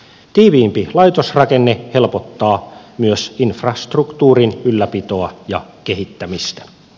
tiiviimpi laitosrakenne helpottaa myös infrastruktuurin ylläpitoa ja kehittämistä